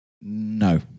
No